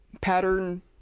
pattern